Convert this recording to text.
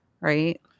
right